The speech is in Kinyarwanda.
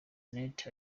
net